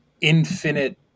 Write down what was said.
infinite